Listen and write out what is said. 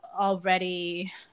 already